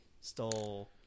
stole